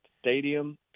stadium